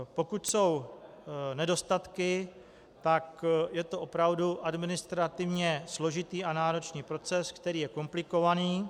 Pokud jsou nedostatky, tak je to opravdu administrativně složitý a náročný proces, který je komplikovaný.